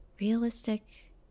Realistic